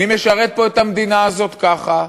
מי משרת פה את המדינה הזאת ככה,